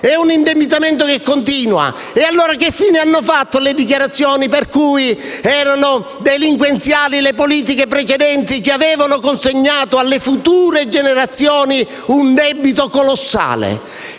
È un indebitamento che continua. Che fine hanno fatto, allora, le dichiarazioni per cui erano delinquenziali le politiche precedenti che avevano consegnato alle future generazioni un debito colossale?